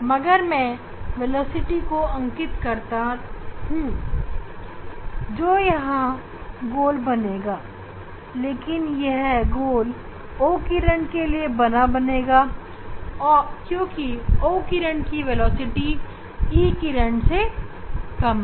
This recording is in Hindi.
अगर मैं वेलोसिटी को अंकित करता हूं तो यहां गोल बनेगा लेकिन यह गोल O किरण के गोल से बड़ा बनेगा क्योंकि O किरण की वेलोसिटी E किरण से कम है